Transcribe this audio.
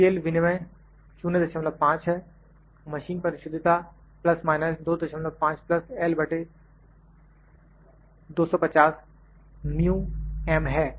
scale विनिमय 05 है machine परिशुद्धता ± 25 L250 म्यूएम है